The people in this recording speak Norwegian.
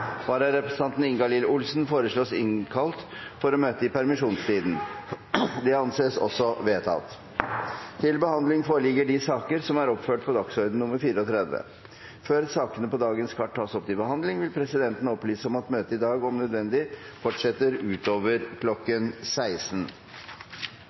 Vararepresentanten, Ingalill Olsen, innkalles for å møte i permisjonstiden. Før sakene på dagens kart tas opp til behandling, vil presidenten opplyse om at møtet i dag om nødvendig fortsetter utover kl. 16.